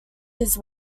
his